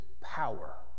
power